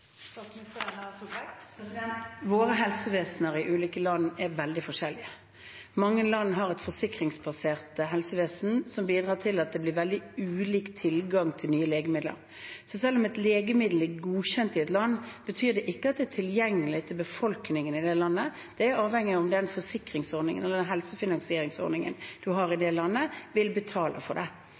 i ulike land er veldig forskjellige. Mange land har et forsikringsbasert helsevesen, noe som bidrar til at det blir veldig ulik tilgang til nye legemidler. Selv om et legemiddel er godkjent i et land, betyr det ikke at det er tilgjengelig for befolkningen i det landet. Det er avhengig av om den forsikringsordningen eller den helsefinansieringsordningen man har i det landet, vil betale for det.